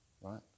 right